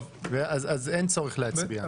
אז אין צורך להצביע.